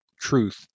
truth